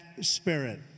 spirit